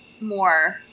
more